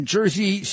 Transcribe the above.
Jersey